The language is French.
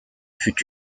fut